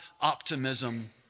optimism